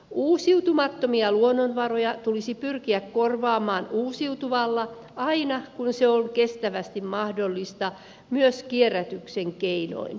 uusiutumattomia luonnonvaroja tulisi pyrkiä korvaamaan uusiutuvalla aina kun se on kestävästi mahdollista myös kierrätyksen keinoin